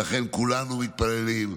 ולכן, כולנו מתפללים,